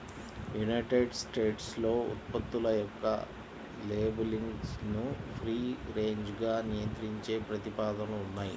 United స్టేట్స్లో ఉత్పత్తుల యొక్క లేబులింగ్ను ఫ్రీ రేంజ్గా నియంత్రించే ప్రతిపాదనలు ఉన్నాయి